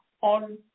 on